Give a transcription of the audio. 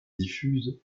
diffuse